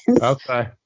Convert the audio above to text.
Okay